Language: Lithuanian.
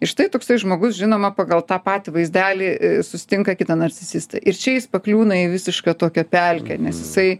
ir štai toksai žmogus žinoma pagal tą patį vaizdelį susitinka kitą narcisistą ir čia jis pakliūna į visišką tokią pelkę nes jisai